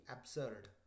absurd